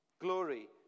glory